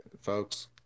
folks